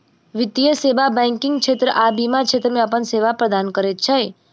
वित्तीय सेवा बैंकिग क्षेत्र आ बीमा क्षेत्र मे अपन सेवा प्रदान करैत छै